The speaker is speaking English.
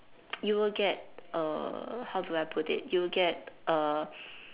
you will get err how do I put it you will get err